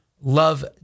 love